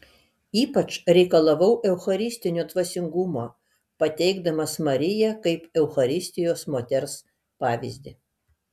ypač reikalavau eucharistinio dvasingumo pateikdamas mariją kaip eucharistijos moters pavyzdį